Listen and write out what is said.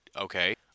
okay